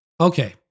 Okay